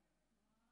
כאן?